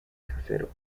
casero